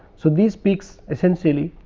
so, these peaks essentially